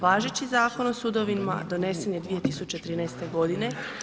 Važeći Zakon o sudovima donesen je 2013. godine.